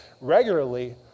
regularly